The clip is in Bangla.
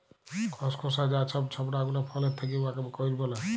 খসখসা যা ছব ছবড়া গুলা ফলের থ্যাকে উয়াকে কইর ব্যলে